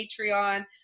patreon